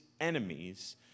enemies